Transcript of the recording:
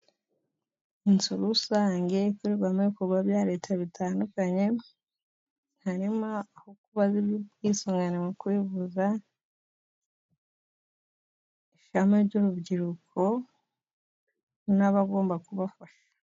Inzu rusange ikorerwamo ibikorwa bya Leta bitandukanye, harimo ibikorwa by'ubwisungane mu kwivuza, ishyirahamwe ry'urubyiruko, n'abagomba kubafasha.